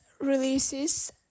releases